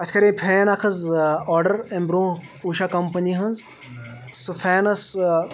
اَسہِ کَرے فین اَکھ حظ آرڈَر اَمہِ برونٛہہ اوٗشا کَمپٔنی ہٕنٛز سُہ فینَس